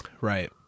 right